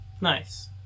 Nice